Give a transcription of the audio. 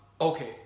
Okay